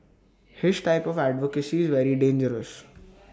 his type of advocacy is very dangerous